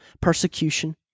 persecution